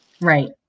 Right